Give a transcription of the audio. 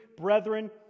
brethren